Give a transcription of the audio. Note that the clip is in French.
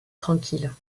tranquille